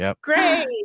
great